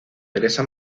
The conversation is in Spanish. teresa